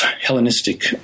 Hellenistic